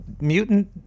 mutant